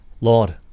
Lord